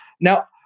Now